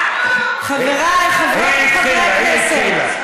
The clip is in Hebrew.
חבריי חברות וחברי הכנסת,